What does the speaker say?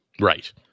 Right